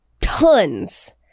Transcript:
tons